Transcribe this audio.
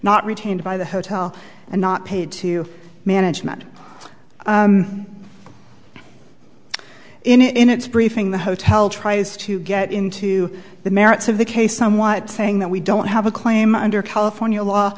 not retained by the hotel and not paid to management in its briefing the hotel tries to get into the merits of the case somewhat saying that we don't have a claim under california law